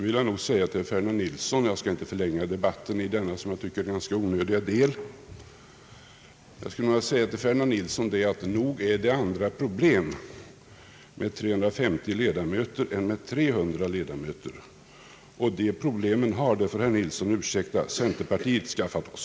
Till herr Ferdinand Nilsson vill jag säga — jag skall inte förlänga debatten i denna som jag tycker ganska onödiga del att nog är det andra problem med 350 ledamöter än med 300 leda möter. Och de problemen har — det får herr Nilsson ursäkta att jag säger — centerpartiet skaffat oss.